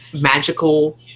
magical